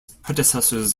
predecessors